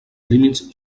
límits